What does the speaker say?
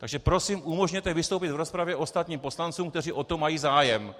Takže prosím umožněte vystoupit v rozpravě ostatním poslancům, kteří o to mají zájem.